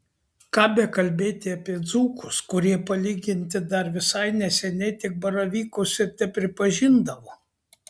ką bekalbėti apie dzūkus kurie palyginti dar visai neseniai tik baravykus ir tepripažindavo